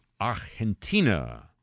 Argentina